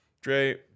Dre